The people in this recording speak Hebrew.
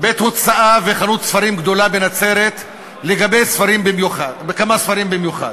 בית-הוצאה וחנות ספרים גדולה בנצרת לגבי כמה ספרים במיוחד.